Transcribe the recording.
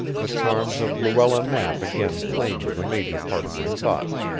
the charms of luella knapp again claimed the major part of my thoughts,